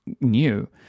new